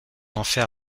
enfer